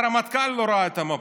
הרמטכ"ל לא ראה את המפות,